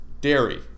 dairy